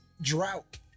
drought